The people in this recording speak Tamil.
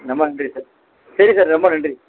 ரொம்ப நன்றி சார் சரி சார் ரொம்ப நன்றி